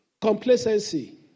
Complacency